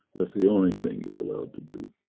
that's the only thing you're allowed to do.